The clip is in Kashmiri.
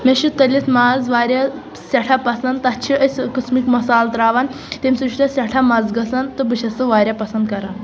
مےٚ چھُ تلِتھ ماز واریاہ سٮ۪ٹھاہ پَسنٛد تَتھ چھِ أسۍ قٕسمٕکۍ مصالہٕ ترٛاوان تَمہِ سۭتۍ چھُ تَتھ سٮ۪ٹھاہ مَزٕ گژھان تہٕ بہٕ چھیٚس سُہ واریاہ پسنٛد کران